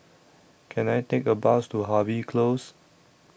Can I Take A Bus to Harvey Close